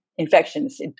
Infections